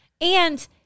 And-